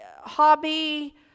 hobby